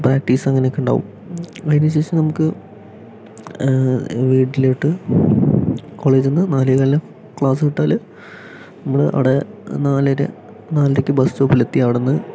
practice അങ്ങനെയൊക്കെ ഉണ്ടാവും അതിനുശേഷം നമുക്ക് വീട്ടിലോട്ട് കോളേജിൽ നിന്ന് നാലേകാലിന് ക്ലാസ്സ് വിട്ടാൽ നമ്മൾ അവിടെ നാലര നാലരയ്ക്ക് ബസ് സ്റ്റോപ്പിലെത്തി അവടെ നിന്ന്